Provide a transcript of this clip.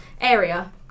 area